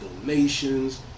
donations